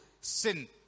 sin